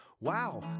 Wow